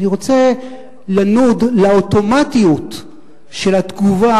אני רוצה לנוד לאוטומטיות של התגובה